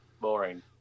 boring